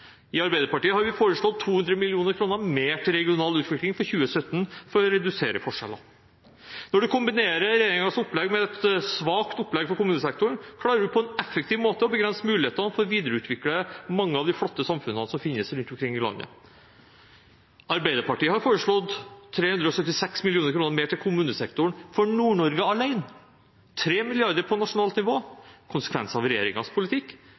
I Arbeiderpartiet har vi foreslått 200 mill. kr mer til regional utvikling for 2017 for å redusere forskjellene. Når en kombinerer regjeringens opplegg med et svakt opplegg for kommunesektoren, klarer en på en effektiv måte å begrense mulighetene for å videreutvikle mange av de flotte samfunnene som finnes rundt omkring i landet. Arbeiderpartiet har foreslått 376 mill. kr mer til kommunesektoren for Nord-Norge alene, 3 mrd. kr på nasjonalt nivå. Konsekvensen av regjeringens politikk